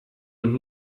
und